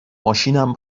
ماشینم